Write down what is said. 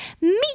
meet